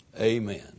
amen